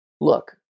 look